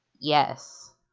Yes